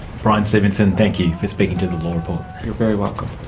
bryan stevenson, thank you for speaking to the law report. you're very welcome.